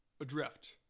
adrift